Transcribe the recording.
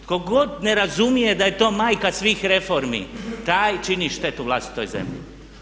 Tko god ne razumije da je to majka svih reformi taj čini štetu vlastitoj zemlji.